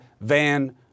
Van